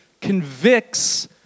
convicts